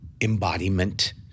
embodiment